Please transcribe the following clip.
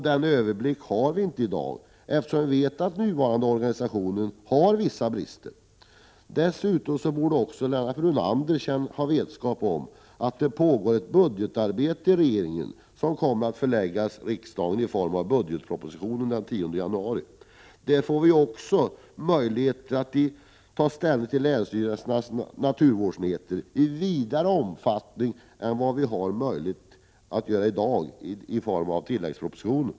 Den överblicken har vi inte i dag, eftersom vi vet att den nuvarande organisationen har vissa brister. Dessutom borde Lennart Brunander ha vetskap om att det pågår ett budgetarbete i regeringen, som kommer att föreläggas riksdagen den 11 januari i form av budgetpropositionen. Då får vi också möjlighet att i en vidare omfattning än tilläggspropositionen ger oss i dag ta ställning till länsstyrelsens naturvårdsenheter.